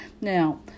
now